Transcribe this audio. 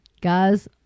guys